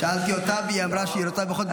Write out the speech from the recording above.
שאלתי אותה, והיא אמרה שהיא רוצה לדבר בכל זאת.